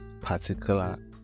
particular